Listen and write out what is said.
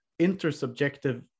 intersubjective